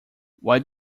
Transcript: what